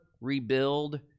Rebuild